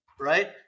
Right